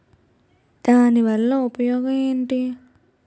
దాని వల్ల ఉపయోగం ఎంటి?